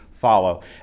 follow